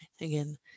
again